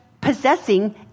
Possessing